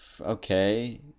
okay